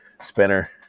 spinner